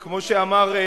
טלב אלסאנע,